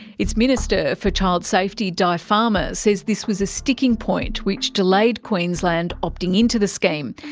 its minister for child safety di farmer says this was a sticking point which delayed queensland opting in to the scheme.